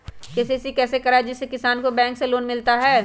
KCC कैसे कराये जिसमे किसान को बैंक से लोन मिलता है?